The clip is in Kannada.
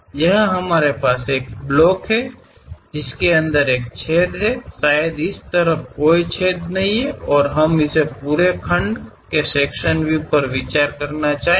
ಇಲ್ಲಿ ನಾವು ಒಂದು ಬ್ಲಾಕ್ ಅನ್ನು ಹೊಂದಿದ್ದೇವೆ ಅದು ಅದರೊಳಗೆ ರಂಧ್ರವನ್ನು ಹೊಂದಿದೆ ಬಹುಶಃ ಈ ಭಾಗದಲ್ಲಿ ಯಾವುದೇ ರಂಧ್ರವಿಲ್ಲ ಮತ್ತು ಈ ಸಂಪೂರ್ಣ ಬ್ಲಾಕ್ನ ವಿಭಾಗೀಯ ನೋಟವನ್ನು ಪರಿಗಣಿಸಲು ನಾವು ಬಯಸುತ್ತೇವೆ